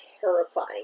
terrifying